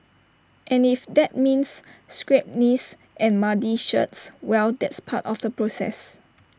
and if that means scraped knees and muddy shirts well that's part of the process